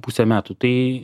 pusę metų tai